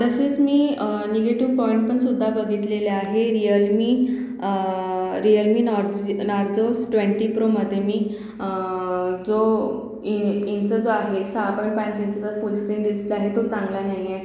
तसेच मी निगेटिव पॉईंटपण सुद्धा बघितलेले आहे रिअल मी रिअल मी नॉर्जे नार्जोस ट्वेंटी प्रोमध्ये मी जो इं इंच जो आहे सहा पॉईंट पाच इंचेचा फुल स्क्रीन डिस्प्ले आहे तो चांगला नाही आहे